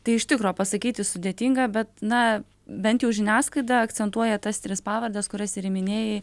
tai iš tikro pasakyti sudėtinga bet na bent jau žiniasklaida akcentuoja tas tris pavardes kurias ir minėjai